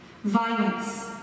violence